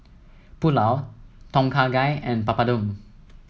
Pulao Tom Kha Gai and Papadum